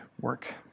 work